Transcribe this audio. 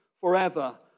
forever